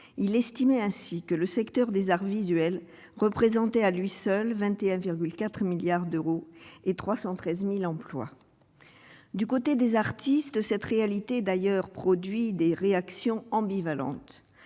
il estimait ainsi que le secteur des arts visuels représenter à lui seul 21,4 milliards d'euros et 313000 emplois du côté des artistes cette réalité d'ailleurs produit des réactions ambivalentes,